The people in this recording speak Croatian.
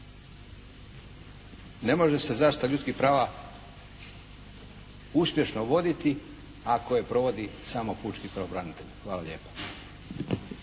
Ne može se zaštita ljudskih prava uspješno voditi ako je provodi samo pučki pravobranitelj. Hvala lijepa.